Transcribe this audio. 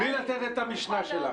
בלי לתת את המשנה שלך.